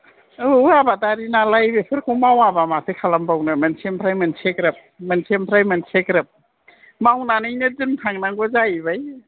औ आबादारि नालाय बेफोरखौ मावाबालाय माथो खालामनो मोनसे निफ्राय मोनसे ग्रोब मावनानैनो दिन थांनांगौ जाहैबाय